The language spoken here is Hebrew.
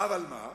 אבל מה?